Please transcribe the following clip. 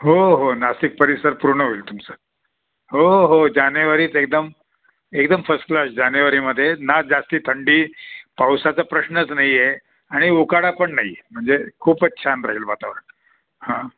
हो हो नाशिक परिसर पूर्ण होईल तुमचं हो हो जानेवारीत एकदम एकदम फस्ट क्लास जानेवारीमध्ये ना जास्ती थंडी पावसाचं प्रश्नच नाही आहे आणि उकाडा पण नाही आहे म्हणजे खूपच छान राहील वातावरण हां